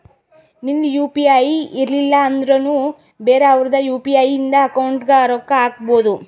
ನಿಂದ್ U P I ಇರ್ಲಿಲ್ಲ ಅಂದುರ್ನು ಬೇರೆ ಅವ್ರದ್ ಯು.ಪಿ.ಐ ಇಂದ ಅಕೌಂಟ್ಗ್ ರೊಕ್ಕಾ ಹಾಕ್ಬೋದು